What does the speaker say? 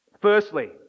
Firstly